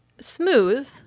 smooth